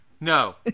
No